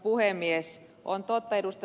on totta ed